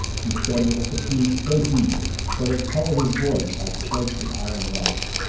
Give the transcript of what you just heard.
he said with a fatigue so deep that it colored his voice like flakes of iron-rust.